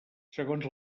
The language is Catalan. segons